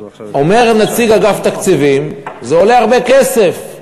אומר נציג אגף התקציבים: זה עולה הרבה כסף.